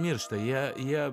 miršta jie jie